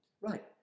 Right